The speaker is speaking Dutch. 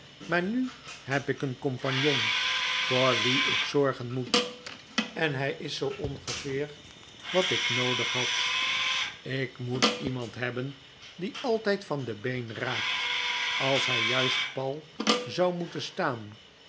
maar nu heb ik een compagnon voor wien ik zorgen moet en hij is zoo ongeveer wat ik noodig had ik moet iemand hebben die altijd van de been raakt als hij juist pal zou moeten staan